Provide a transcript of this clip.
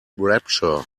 rapture